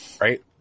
Right